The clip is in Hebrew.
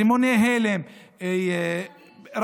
רימוני הלם רחפנים.